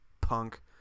punk